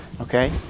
Okay